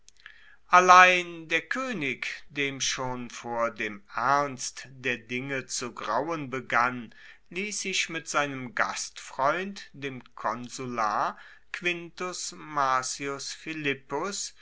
allein der koenig dem schon vor dem ernst der dinge zu grauen begann liess sich mit seinem gastfreund dem konsular quintus marcius philippus